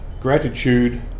gratitude